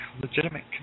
legitimate